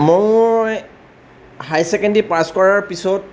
মই higher secondary pass কৰাৰ পিছত